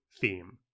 theme